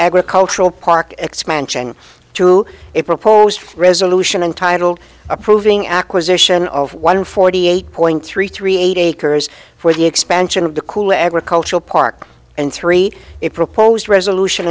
agricultural park expansion to a proposed resolution and title approving acquisition of one forty eight point three three eight acres for the expansion of the cool agricultural park and three a proposed resolution